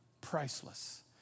Priceless